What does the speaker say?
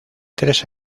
tres